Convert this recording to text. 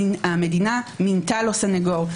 המדינה מינתה לו סנגור,